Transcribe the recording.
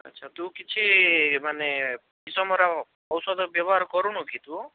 ଆଚ୍ଛା ତୁ କିଛି ମାନେ ବିଷମରା ଔଷଧ ବ୍ୟବହାର କରୁନୁକି ତୁ